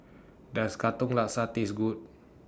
Does Katong Laksa Taste Good